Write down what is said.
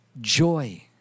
Joy